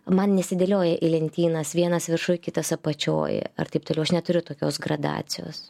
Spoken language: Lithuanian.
man nesidėlioja į lentynas vienas viršuj kitas apačioj ar taip toliau aš neturiu tokios gradacijos